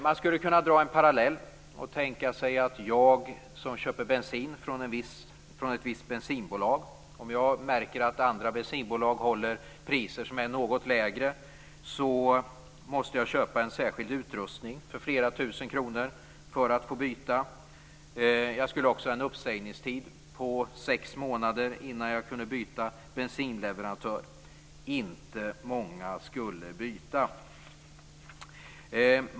Man skulle kunna dra en parallell och tänka sig att jag, som köper bensin från ett visst bensinbolag, om jag märker att andra bensinbolag håller priser som är något lägre måste köpa en särskild utrustning för flera tusen kronor för att få byta bensinleverantör. Jag skulle också ha en uppsägningstid på sex månader innan jag kunde byta. Inte många skulle byta!